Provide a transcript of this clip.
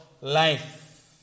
life